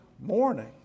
morning